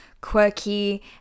quirky